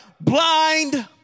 Blind